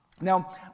Now